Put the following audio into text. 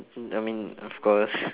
I mean of course